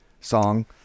song